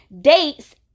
dates